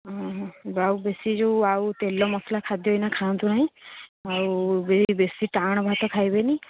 ବେଶୀ ଯେଉଁ ଆଉ ତେଲ ମସଲା ଖାଦ୍ୟ ଏଇନା ଖାଆନ୍ତୁ ନାହିଁ ଆଉ ବେଶୀ ଟାଣ ଭାତ ଖାଇବେନି